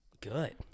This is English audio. good